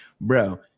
bro